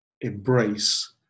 embrace